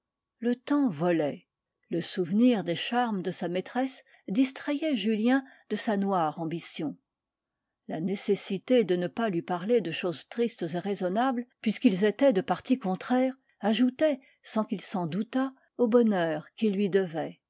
le temps volait le souvenir des charmes de sa maîtresse distrayait julien de sa noire ambition la nécessité de ne pas lui parler de choses tristes et raisonnables puisqu'ils étaient de partis contraires ajoutait sans qu'il s'en doutât au bonheur qu'il lui devait